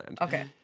okay